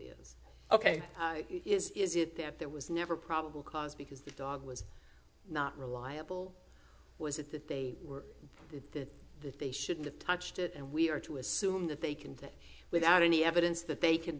ok is it that there was never probable cause because that dog was not reliable was it that they were the that they shouldn't have touched it and we are to assume that they can do that without any evidence that they can